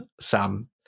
Sam